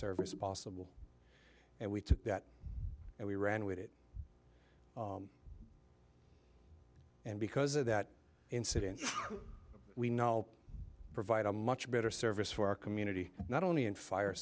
service possible and we took that and we ran with it and because of that incident we know provide a much better service for our community not only in fire